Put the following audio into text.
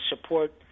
support